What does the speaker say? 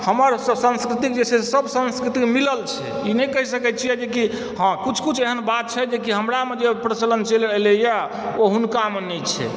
हमर स संस्कृति जे छै सभ संस्कृति मिलल छै ई नै कैह सकै छियै जे कि हँ कुछ कुछ एहेन बात छै कि हमरामे जे प्रचलन चलि एलैए ओ हुनकामे नहि छै